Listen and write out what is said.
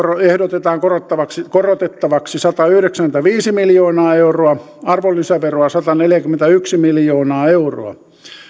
ehdotetaan korotettavaksi korotettavaksi satayhdeksänkymmentäviisi miljoonaa euroa arvonlisäveroa sataneljäkymmentäyksi miljoonaa euroa